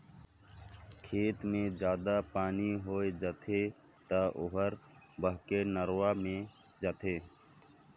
खेत मे जादा पानी होय जाथे त ओहर बहके नरूवा मे जाथे